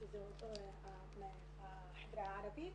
היא תוכנית רשותית.